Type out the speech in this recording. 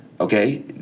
okay